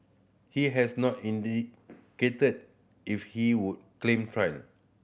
he has not indicated if he would claim trial